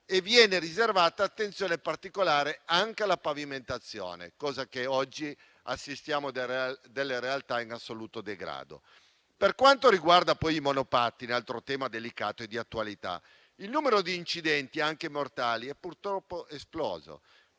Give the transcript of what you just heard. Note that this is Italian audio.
e viene riservata attenzione particolare alla pavimentazione, mentre oggi assistiamo a delle realtà di assoluto degrado. Per quanto riguarda i monopattini, altro tema delicato e di attualità, il numero di incidenti, anche mortali, è purtroppo esploso.